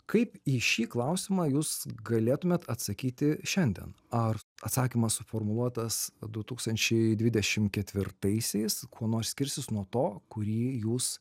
kaip į šį klausimą jūs galėtumėt atsakyti šiandien ar atsakymas suformuluotas du tūkstančiai dvidešim ketvirtaisiais kuo nors skirsis nuo to kurį jūs